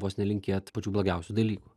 vos ne linkėt pačių blogiausių dalykų